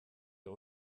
der